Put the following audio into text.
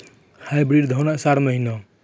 Hybrid धान आषाढ़ महीना?